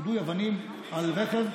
יידוי אבנים על רכב.